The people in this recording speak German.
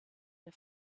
der